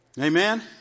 Amen